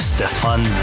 Stefan